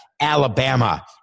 Alabama